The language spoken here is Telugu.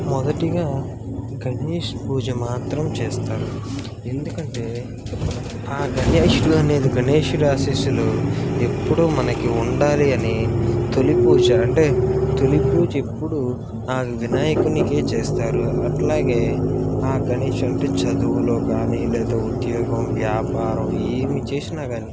మొదటిగా గణేష్ పూజ మాత్రం చేస్తారు ఎందుకంటే గణేష్ అనేది గణేషుని ఆశీస్సులు ఎప్పడు మనకి ఉండాలి అని తొలి పూజ అంటే తొలి పూజ ఎప్పుడూ ఆ వినాయకునికే చేస్తారు అట్లాగే ఆ గణేష్ అంటే చదువులో కానీ లేదా ఉద్యోగం వ్యాపారం ఏమి చేసినా కానీ